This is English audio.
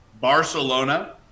Barcelona